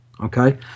Okay